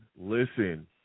Listen